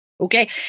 Okay